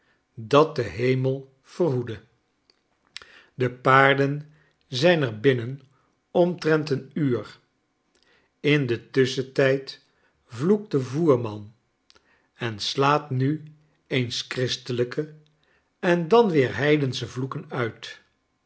dat de hemel verhoede de paarden zijn er binnen omtrent een uur in den tusschentijd vloekt de voerman en slaat nu eens christelijke en dan weer heidensche vloeken uit